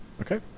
Okay